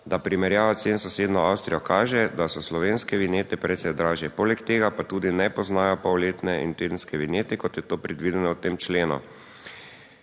da primerjava cen s sosednjo Avstrijo kaže, da so slovenske vinjete precej dražje, poleg tega pa tudi ne poznajo polletne in tedenske vinjete, kot je to predvideno v tem členu.